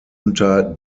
unter